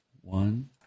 One